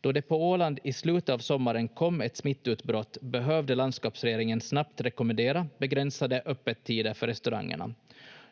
Då det på Åland i slutet av sommaren kom ett smittutbrott, behövde landskapsregeringen snabbt rekommendera begränsade öppettider för restaurangerna.